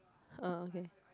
uh okay